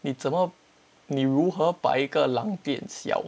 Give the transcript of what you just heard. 你怎么你如何把一个狼变小